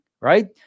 right